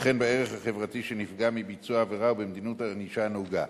וכן בערך החברתי שנפגע מביצוע העבירה ובמדיניות הענישה הנהוגה.